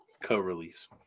co-release